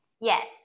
Yes